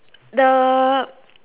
the